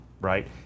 Right